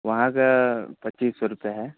वहाँ का पच्चीस सौ रुपए है